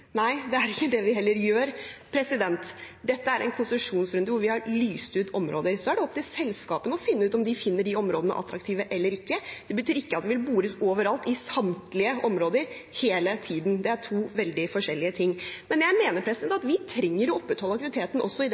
Nei, det er heller ikke det vi gjør. Dette er en konsesjonsrunde hvor vi har lyst ut områder. Så er det opp til selskapene å finne ut om de finner de områdene attraktive eller ikke. Det betyr ikke at det vil bores overalt i samtlige områder hele tiden. Det er to veldig forskjellige ting. Jeg mener at vi trenger å opprettholde aktiviteten i det